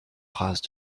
phrase